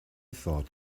thought